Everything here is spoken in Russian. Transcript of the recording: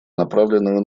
направленную